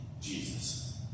Jesus